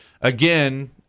again